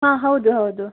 ಹಾಂ ಹೌದು ಹೌದು